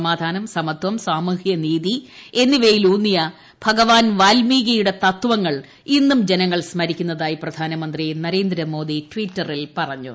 സമാധാനം സമത്വം സാമൂഹ്യനീതി എന്നിവയിലൂന്നിയ ഭഗവാൻ വാൽമീകിയുടെ തത്വങ്ങൾ ഇന്നും ജനങ്ങൾ സ്മരിക്കുന്നതായി പ്രധാനമന്ത്രി നരേന്ദ്രമോദി ട്വിറ്ററിൽ പറഞ്ഞു